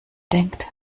denkt